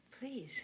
Please